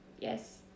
yes